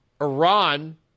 Iran